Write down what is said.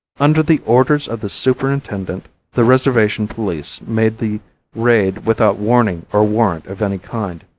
under the orders of the superintendent the reservation police made the raid without warning or warrant of any kind.